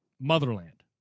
motherland